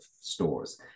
Stores